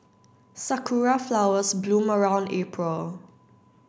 sakura flowers bloom around April